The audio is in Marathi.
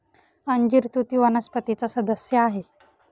अंजीर तुती वनस्पतीचा सदस्य आहे